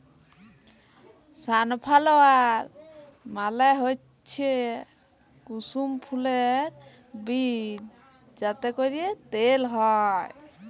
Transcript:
sunflower মালে হচ্যে কুসুম ফুলের বীজ যাতে ক্যরে তেল হ্যয়